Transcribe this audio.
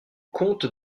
comte